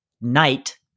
night